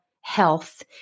health